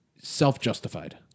self-justified